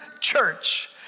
church